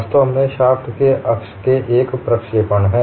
वास्तव में शाफ्ट के अक्ष में एक प्रक्षेपण है